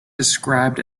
described